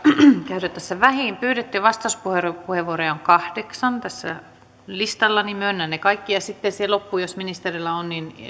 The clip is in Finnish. käydä tässä vähiin pyydettyjä vastauspuheenvuoroja on kahdeksan tässä listallani myönnän ne kaikki ja sitten lopuksi jos ministeri haluaa